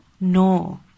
No